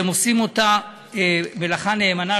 והם עושים אותה מלאכה נאמנה,